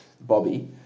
Bobby